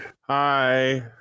Hi